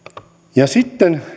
sitten